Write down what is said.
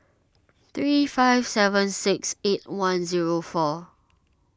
three five seven six eight one zero four